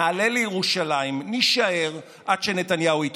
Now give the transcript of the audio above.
נעלה לירושלים ונישאר עד שנתניהו יתפטר.